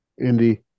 Indy